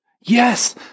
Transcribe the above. Yes